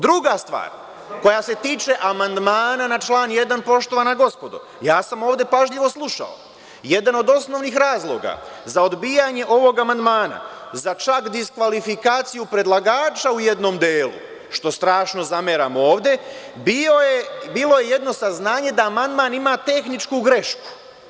Druga stvar, koja se tiče amandmana na član 1, poštovana gospodo, ja sam ovde pažljivo slušao, jedan od osnovnih razloga za odbijanje ovog amandmana, za čak diskvalifikaciju predlagača u jednom delu, što strašno zameramo ovde, bilo je jedno saznanje da amandman ima tehničku grešku.